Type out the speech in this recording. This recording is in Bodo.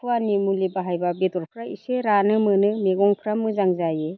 खुवानि मुलि बाहायब्ला बेदरफ्रा एसे रानो मोनो मेगंफ्रा मोजां जायो